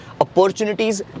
opportunities